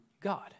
God